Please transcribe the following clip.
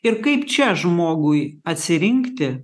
ir kaip čia žmogui atsirinkti